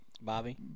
Bobby